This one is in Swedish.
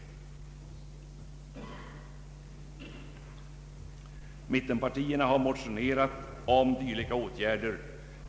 Mittenpartierna har motionerat om sådana åtgärder.